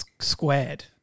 Squared